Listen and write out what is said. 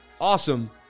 awesome